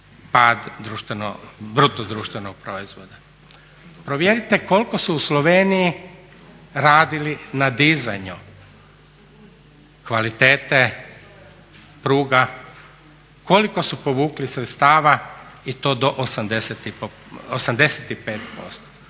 pad bruto društvenog proizvoda. Provjerite koliko su u Sloveniji radili na dizanju kvalitete pruga, koliko su povukli sredstava i to do 85%.